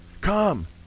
Come